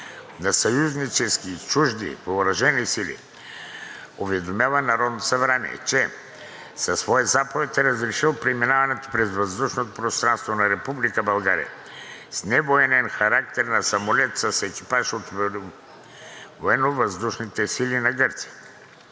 на съюзнически и на чужди въоръжени сили уведомява Народното събрание, че със своя заповед е разрешил преминаването през въздушното пространство на Република България с невоенен характер на самолет с екипаж от Военновъздушните сили на Гърция.